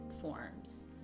forms